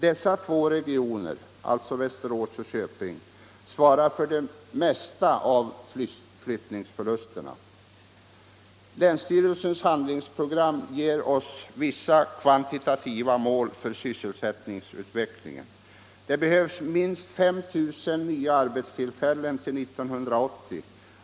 Dessa två regioner svarar för det mesta av flyttningsförlusterna.